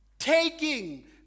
Taking